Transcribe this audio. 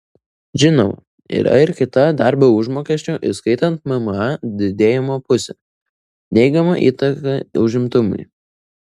žinoma yra ir kita darbo užmokesčio įskaitant mma didėjimo pusė neigiama įtaka užimtumui